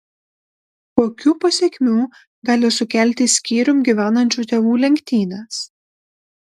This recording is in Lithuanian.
kokių pasekmių gali sukelti skyrium gyvenančių tėvų lenktynės